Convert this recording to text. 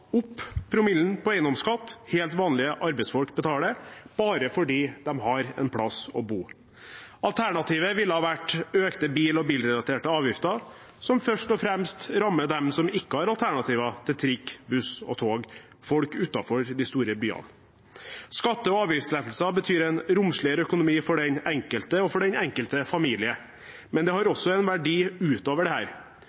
opp promillen på eiendomsskatt, som helt vanlige arbeidsfolk betaler bare fordi de har en plass å bo. Alternativet ville vært økte bil- og bilrelaterte avgifter, som først og fremst rammer dem som ikke har alternativer som trikk, buss og tog – folk utenfor de store byene. Skatte- og avgiftslettelser betyr en romsligere økonomi for den enkelte og for den enkelte familie, men det har